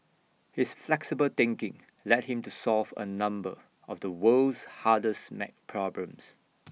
his flexible thinking led him to solve A number of the world's hardest math problems